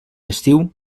estiu